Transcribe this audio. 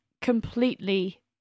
completely